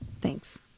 Thanks